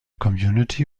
community